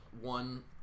One